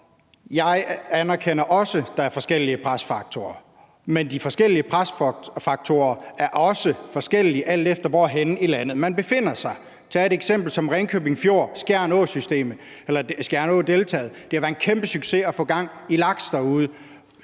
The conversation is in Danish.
er bare nødt til at minde ordføreren om, at de forskellige presfaktorer også er forskellige, alt efter hvorhenne i landet man befinder sig. Tag et eksempel som Ringkøbing Fjord og Skjern Å-deltaet. Det har været en kæmpe succes at få gang i laksefiskeriet